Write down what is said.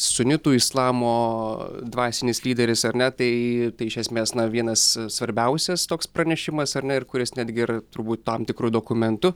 sunitų islamo dvasinis lyderis ar ne tai iš esmės na vienas svarbiausias toks pranešimas ar ne ir kuris netgi ir turbūt tam tikru dokumentu